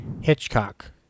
Hitchcock